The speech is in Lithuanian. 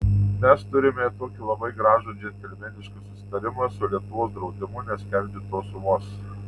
mes turime tokį labai gražų džentelmenišką susitarimą su lietuvos draudimu neskelbti tos sumos